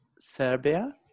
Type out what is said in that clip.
Serbia